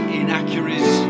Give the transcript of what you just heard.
inaccuracies